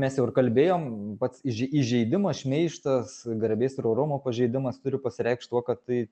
mes jau ir kalbėjom pats įž įžeidimas šmeižtas garbės ir orumo pažeidimas turi pasireikšt tuo kad tai